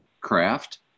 craft